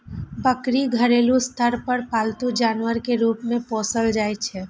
बकरी घरेलू स्तर पर पालतू जानवर के रूप मे पोसल जाइ छै